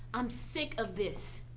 i'm sick of this,